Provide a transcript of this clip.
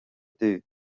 dubh